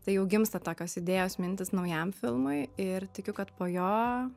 tai jau gimsta tokios idėjos mintys naujam filmui ir tikiu kad po jo